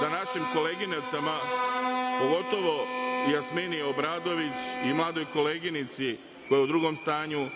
da našim koleginicama, pogotovo Jasmini Obradović i mladoj koleginici koja je u drugom stanju